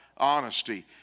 honesty